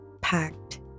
packed